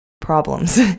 problems